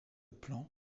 plan